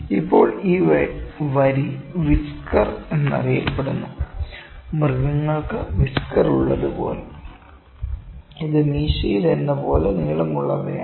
ഇപ്പോൾ ഈ വരി വിസ്കർ എന്നറിയപ്പെടുന്നു മൃഗങ്ങൾക്ക് വിസ്കർ ഉള്ളതുപോലെ ഇത് മീശയിലെന്നപോലെ നീളമുള്ളയാണ്